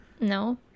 no